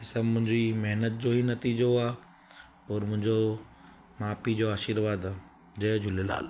हीअ सभु मुंहिंजी महिनत जो ई नतीज़ो आहे और मुंहिंजो माउ पीउ जो आशीर्वाद आहे जय झूलेलाल